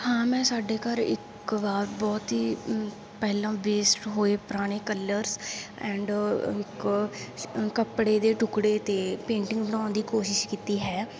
ਹਾਂ ਮੈਂ ਸਾਡੇ ਘਰ ਇੱਕ ਵਾਰ ਬਹੁਤ ਹੀ ਪਹਿਲਾਂ ਵੇਸਟ ਹੋਏ ਪੁਰਾਣੇ ਕੱਲਰਸ ਐਂਡ ਕ ਕੱਪੜੇ ਦੇ ਟੁਕੜੇ 'ਤੇ ਪੇਂਟਿੰਗ ਬਣਾਉਣ ਦੀ ਕੋਸ਼ਿਸ਼ ਕੀਤੀ ਹੈ